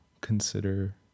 consider